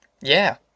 Yeah